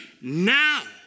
now